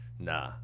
Nah